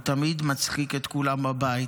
הוא תמיד מצחיק את כולם בבית.